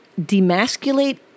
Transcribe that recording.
demasculate